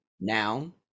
noun